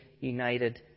united